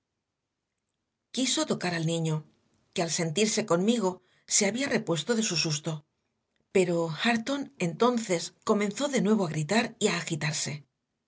quiso tocar al niño que al sentirse conmigo se había repuesto de su susto pero hareton entonces comenzó de nuevo a gritar y a agitarse